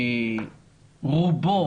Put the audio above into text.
רובו